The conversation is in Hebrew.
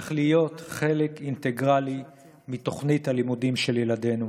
צריך להיות חלק אינטגרלי מתוכנית הלימודים של ילדינו.